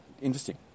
interesting